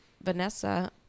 Vanessa